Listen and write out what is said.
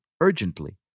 urgently